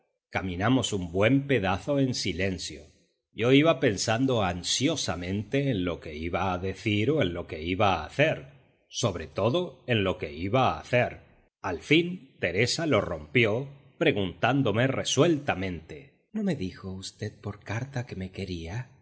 caminamos un buen pedazo en silencio yo iba pensando ansiosamente en lo que iba a decir o en lo que iba a hacer sobre todo en lo que iba a hacer al fin teresa lo rompió preguntándome resueltamente no me dijo v por carta que me quería